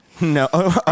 No